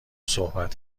صحبت